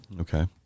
Okay